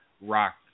Rock